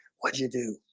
what do you do?